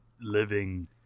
living